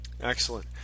Excellent